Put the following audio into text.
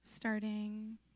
Starting